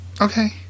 Okay